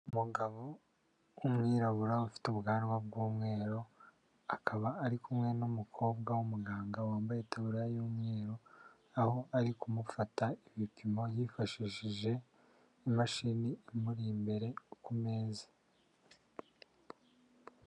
Umugabo w'umwirabura ufite ubwanwa bw'umweru, akaba ari kumwe n'umukobwa w'umuganga wambaye itaburiya y'umweru, aho ari kumufata ibipimo yifashishije imashini imuri imbere ku meza.